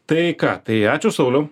tai ką tai ačiū sauliau